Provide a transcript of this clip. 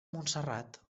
montserrat